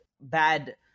bad